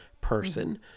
person